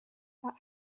that